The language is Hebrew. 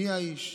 מי האיש,